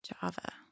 Java